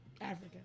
African